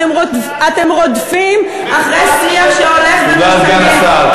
אתם רודפים אחרי שיח שהולך ומשתנה,